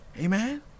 Amen